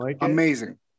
Amazing